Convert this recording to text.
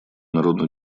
народно